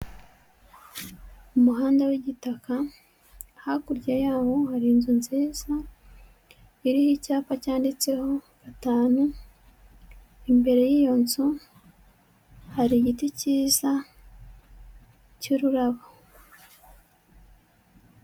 Umuhanda w'igitaka, hakurya yawo hari inzu nziza iriho icyapa cyanditseho gatanu, imbere y'iyo nzu hari igiti cyiza cy'ururabo.